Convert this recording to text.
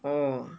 oh